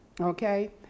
okay